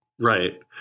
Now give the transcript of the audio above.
Right